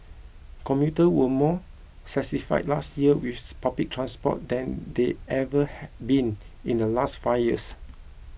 commuters were more satisfied last year with public transport than they ever had been in the last five years